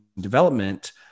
development